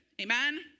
Amen